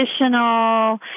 additional